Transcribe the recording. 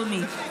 אדוני,